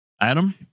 Adam